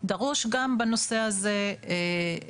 דרוש גם בנושא הזה איזשהו